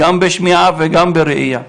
גם בשמיעה וגם בראייה.